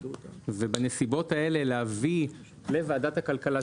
בנסיבות האלה להביא לוועדת הכלכלה,